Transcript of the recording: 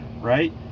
right